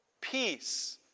peace